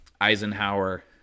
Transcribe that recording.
Eisenhower